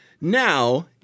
Now